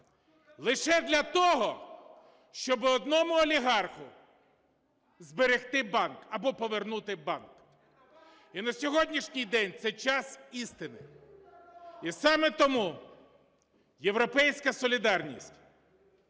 лише для того, щоб одному олігарху зберегти банк або повернути банк. І на сьогоднішній день це час істини. І саме тому "Європейська солідарність"